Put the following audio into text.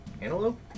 Antelope